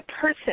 person